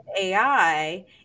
AI